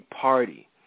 party